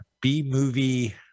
B-movie